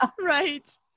Right